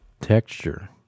texture